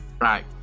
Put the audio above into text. Right